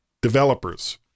developers